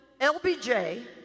LBJ